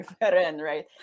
right